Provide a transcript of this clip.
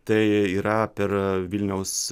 tai yra per vilniaus